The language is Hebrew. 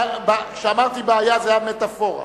כשאמרתי "בעיה", זאת היתה מטאפורה.